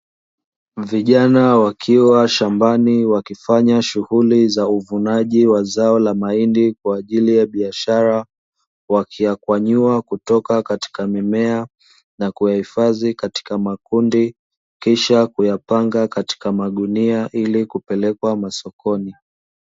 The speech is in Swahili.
Vijana wakiwa shambani, wakifanya shughuli za uvunaji wa zao la mahindi kwa ajili ya biashara. Wakiyakwanyua kutoka katika mimea na kuyahifadhi katika makundi. Kisha kuyapanga katika magunia ili kuyapeleka sokoni.